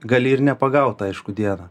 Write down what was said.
gali ir nepagaut aišku dieną